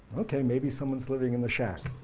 okay maybe someone's living in the shack.